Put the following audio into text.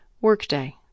Workday